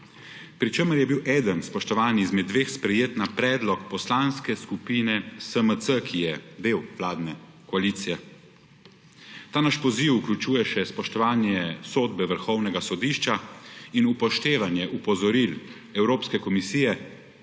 Pri čemer je bil eden, spoštovani, izmed dveh sprejet na predlog Poslanske skupine SMC, ki je del vladne koalicije. Ta naš poziv vključuje še spoštovanje sodbe vrhovnega sodišča in upoštevanje opozoril Evropske komisije,